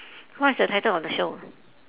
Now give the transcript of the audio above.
what is the title of the show